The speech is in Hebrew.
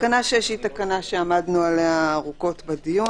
תקנה 6 היא תקנה שעמדנו עליה ארוכות בדיון